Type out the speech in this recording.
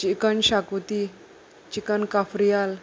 chicken xacuti chicken cafreal